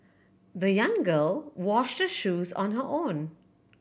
the young girl washed the shoes on her own